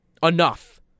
Enough